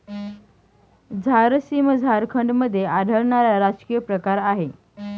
झारसीम झारखंडमध्ये आढळणारा राजकीय प्रकार आहे